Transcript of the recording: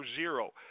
zero